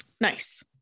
nice